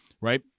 right